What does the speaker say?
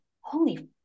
Holy